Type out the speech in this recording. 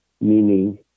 meaning